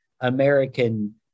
American